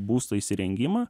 būsto įsirengimą